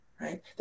right